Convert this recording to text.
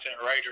writer